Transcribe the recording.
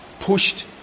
pushed